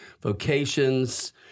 vocations